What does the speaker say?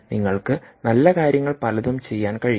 നിങ്ങൾക്ക് നല്ല കാര്യങ്ങൾ പലതും ചെയ്യാൻ കഴിയും